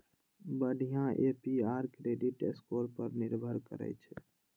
बढ़िया APR credit score पर निर्भर करै छै